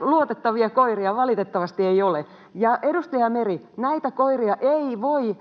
luotettavia koiria valitettavasti ei ole. Ja edustaja Meri, näitä koiria ei voi